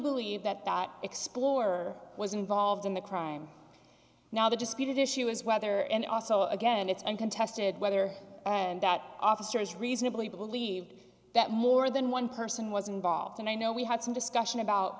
believe that that explorer was involved in the crime now the disputed issue is whether and also again it's uncontested whether that officer is reasonably believed that more than one person was involved and i know we had some discussion about